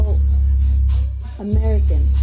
American